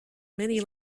many